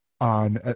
on